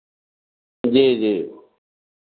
जी जी